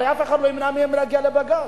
הרי אף אחד לא ימנע מהם להגיע לבג"ץ.